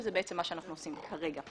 שזה בעצם מה שאנחנו עושים כרגע.